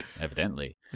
Evidently